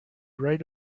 right